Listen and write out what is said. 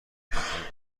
فکر